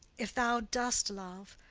if thou dost love,